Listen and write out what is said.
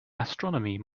astronomy